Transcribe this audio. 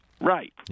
Right